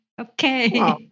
Okay